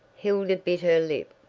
hilda bit her lip.